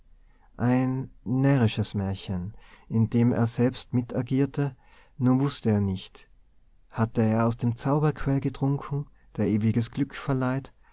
ein närrisches märchen in dem er selbst mitagierte nur wußte er nicht hatte er aus dem zauberquell getrunken der ewiges glück verleiht